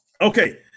Okay